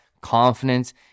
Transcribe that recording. confidence